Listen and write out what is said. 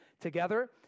together